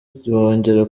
bongera